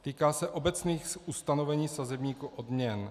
Týká se obecných ustanovení sazebníku odměn.